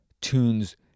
tunes